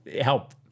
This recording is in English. help